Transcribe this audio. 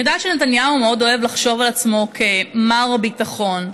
אני יודעת שנתניהו מאוד אוהב לחשוב על עצמו כמר ביטחון,